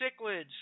cichlids